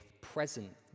present